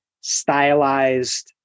stylized